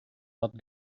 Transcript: not